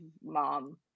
mom